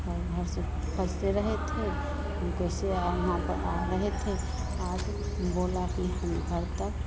और उधर से फंस रहे थे हम कैसे आ यहाँ पर आ रहे थे आदमी बोला कि हम घर तक